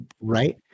right